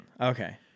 Okay